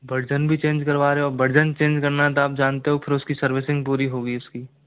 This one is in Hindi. वर्जन भी चेंज करवा रहे हो वर्जन चेंज करना तो आप जानते हो फिर उसकी सर्विसिंग पूरी होगी उसकी